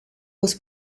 was